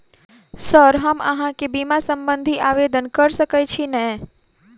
Sir हम अहाँ केँ बीमा संबधी आवेदन कैर सकै छी नै?